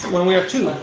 when we are two,